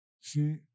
See